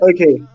Okay